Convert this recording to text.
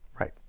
right